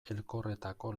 elkorretako